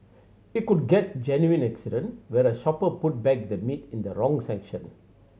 it could get genuine accident where a shopper put back the meat in the wrong section